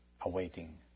Awaiting